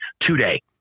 today